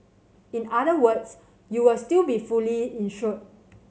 in other words you will still be fully insured